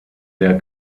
der